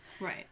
right